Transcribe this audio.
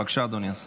בבקשה, אדוני השר.